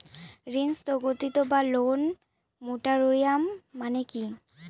ঋণ স্থগিত বা লোন মোরাটোরিয়াম মানে কি?